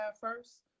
first